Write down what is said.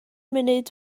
munud